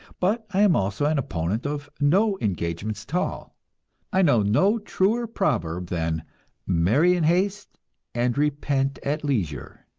but i am also an opponent of no engagements at all i know no truer proverb than marry in haste and repent at leisure.